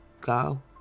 go